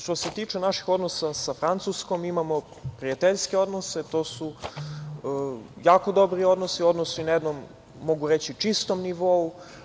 Što se tiče naših odnosa sa Francuskom imamo prijateljske odnose, to su jako dobri odnosi, odnosi na jednom, mogu reći, čistom nivou.